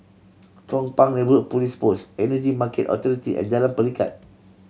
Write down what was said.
Chong Pang Neighbourhood Police Post Energy Market Authority and Jalan Pelikat